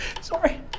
Sorry